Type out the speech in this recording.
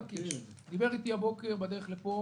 דיבר איתי הבוקר בדרך לכאן,